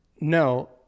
No